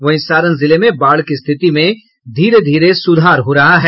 वहीं सारण जिले में बाढ़ की रिथति में धीरे धीरे सुधार हो रहा है